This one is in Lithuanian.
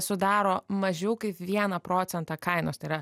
sudaro mažiau kaip vieną procentą kainos tai yra